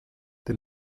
der